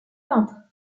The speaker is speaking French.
peintre